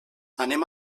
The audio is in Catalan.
anem